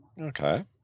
Okay